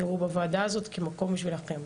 תראו בוועדה הזאת כמקום בשבילכם.